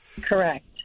Correct